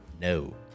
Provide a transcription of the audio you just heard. no